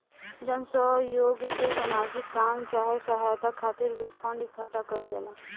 जन सह योग से सामाजिक काम चाहे सहायता खातिर भी फंड इकट्ठा कईल जाला